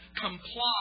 comply